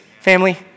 family